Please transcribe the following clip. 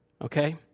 okay